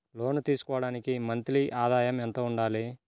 లోను తీసుకోవడానికి మంత్లీ ఆదాయము ఎంత ఉండాలి?